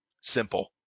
simple